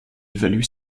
évalue